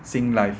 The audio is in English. singlife